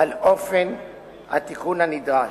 על אופן התיקון הנדרש.